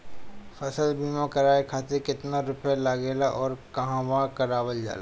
फसल बीमा करावे खातिर केतना रुपया लागेला अउर कहवा करावल जाला?